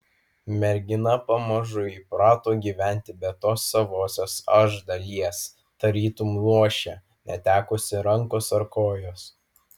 mergina pamažu įprato gyventi be tos savosios aš dalies tarytum luošė netekusi rankos ar kojos